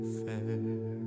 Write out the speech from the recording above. fair